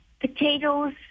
potatoes